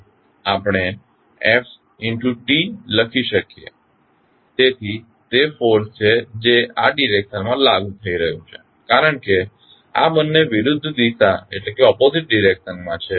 આપણે f t લખી શકીએ છીએ તેથી તે ફોર્સ છે જે આ ડિરેક્શનમાં લાગુ થઈ રહ્યું છે કારણ કે આ બંને વિરુદ્ધ દિશા માં છે